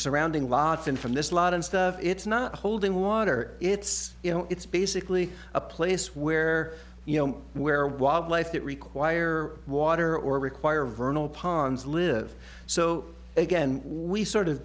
surrounding lots and from this lot and it's not holding water it's you know it's basically a place where you know where wildlife that require water or require vernal ponds live so again we sort of